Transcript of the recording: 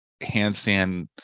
handstand